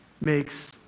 makes